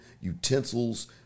utensils